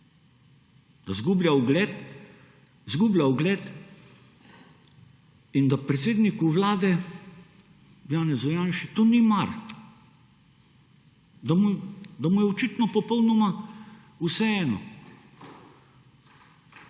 zgublja ugled in da predsedniku vlade Janezu Janši to ni mar, da mu je očitno popolnoma vseeno.